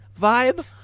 vibe